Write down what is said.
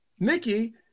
Nikki